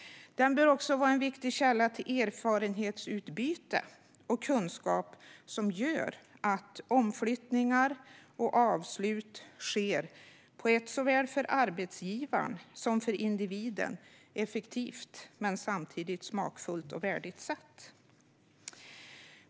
Den bör också vara en viktig källa till erfarenhetsutbyte och kunskap som leder till att omflyttningar och avslut sker på ett för såväl arbetsgivaren som individen effektivt men samtidigt smakfullt och värdigt sätt.